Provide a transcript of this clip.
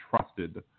trusted